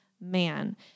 man